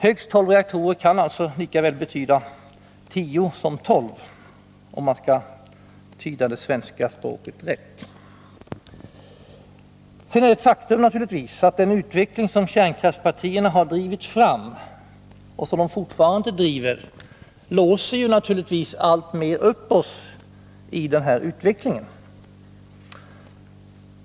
Högst 12 reaktorer kan lika väl betyda 10 som 12. Den utveckling som kärnkraftspartierna har drivit fram och fortfarande driver låser naturligtvis upp oss alltmer i denna utveckling.